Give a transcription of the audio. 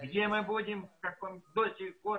יש פה 300 יחידות דיור,